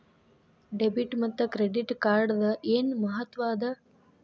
Debit ಮತ್ತ credit ಕಾರ್ಡದ್ ಏನ್ ಮಹತ್ವ ಅದ?